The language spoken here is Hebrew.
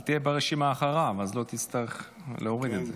אל תהיה ברשימה אחריו, אז לא תצטרך להוריד את זה.